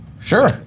Sure